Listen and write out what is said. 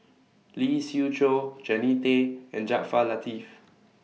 Lee Siew Choh Jannie Tay and Jaafar Latiff